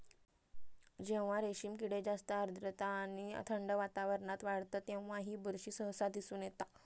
जेव्हा रेशीम किडे जास्त आर्द्रता आणि थंड वातावरणात वाढतत तेव्हा ही बुरशी सहसा दिसून येता